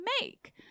make